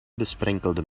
besprenkelde